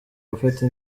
gufata